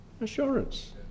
assurance